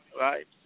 right